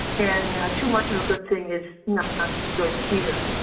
and too much of a good thing is not good either.